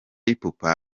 ipupa